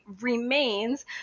remains